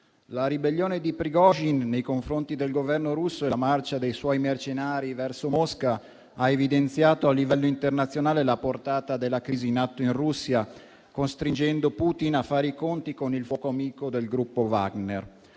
La ribellione di Prigozhin nei confronti del Governo russo e la marcia dei suoi mercenari verso Mosca ha evidenziato a livello internazionale la portata della crisi in atto in Russia, costringendo Putin a fare i conti con il fuoco amico del gruppo Wagner,